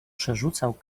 przerzucał